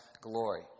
glory